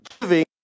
giving